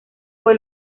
fue